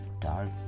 dark